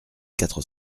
quatre